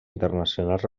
internacionals